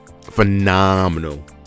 phenomenal